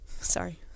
sorry